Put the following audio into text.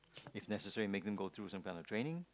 if necessary makes them go through some kind of training